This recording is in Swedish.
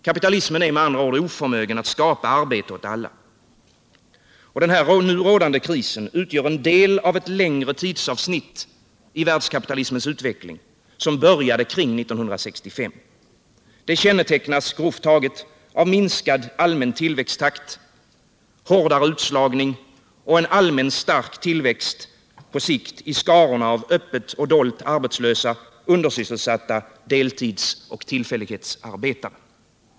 Kapitalismen är med andra ord oförmögen att skapa arbete åt alla. Den nu rådande krisen utgör en del av ett längre tidsavsnitt i världskapitalismens utveckling som började omkring 1965. Det kännetecknas grovt taget av minskad allmän tillväxttakt, hårdare utslagning och en allmänt stark tillväxt på sikt i skaran av öppet och dolt arbetslösa, undersysselsatta, deltidsoch tillfällighetsarbetare.